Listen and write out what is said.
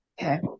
okay